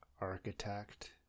Architect